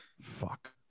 Fuck